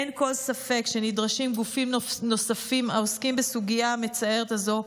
אין כל ספק שנדרשים גופים נוספים העוסקים בסוגיה המצערת הזו,